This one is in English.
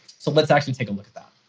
so let's actually take a look at that.